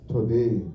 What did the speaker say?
Today